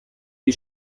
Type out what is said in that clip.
die